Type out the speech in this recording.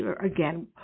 Again